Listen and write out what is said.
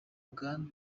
bwana